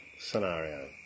Scenario